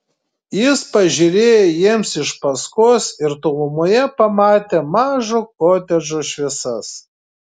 jis pažiūrėjo jiems iš paskos ir tolumoje pamatė mažo kotedžo šviesas